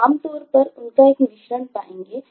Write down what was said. आप आम तौर पर उनका एक मिश्रण होगा